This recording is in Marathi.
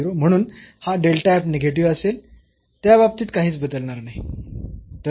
म्हणून हा निगेटिव्ह असेल त्या बाबतीत काहीच बदलणार नाही